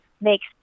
makes